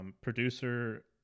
Producer